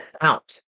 out